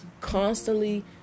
constantly